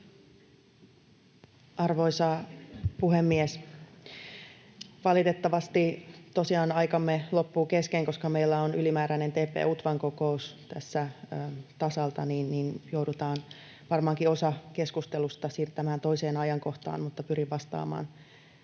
Arvoisa puhemies! Valitettavasti tosiaan aikamme loppuu kesken. Koska meillä on ylimääräinen TP-UTVAn kokous tasalta, niin joudutaan varmaankin osa keskustelusta siirtämään toiseen ajankohtaan, mutta pyrin vastaamaan